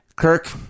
Kirk